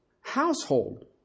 household